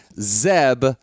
Zeb